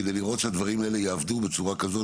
כדי לראות שהדברים האלה יעבדו בצורה כזאת.